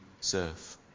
serve